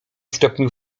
stopniu